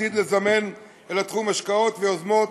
עתיד לזמן אל התחום השקעות ויוזמות